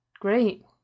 Great